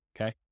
Okay